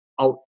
out